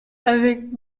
avec